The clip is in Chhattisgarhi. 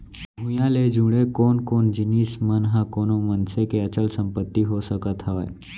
भूइयां ले जुड़े कोन कोन जिनिस मन ह कोनो मनसे के अचल संपत्ति हो सकत हवय?